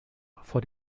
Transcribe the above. vor